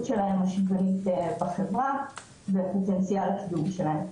השוויונית שלהם בחברה ובפוטנציאל הקידום שלהם.